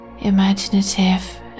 imaginative